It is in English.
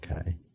Okay